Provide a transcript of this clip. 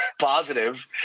positive